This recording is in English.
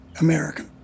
American